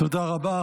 תודה רבה.